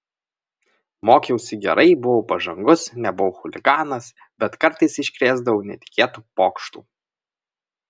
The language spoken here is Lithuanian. mokiausi gerai buvau pažangus nebuvau chuliganas bet kartais iškrėsdavau netikėtų pokštų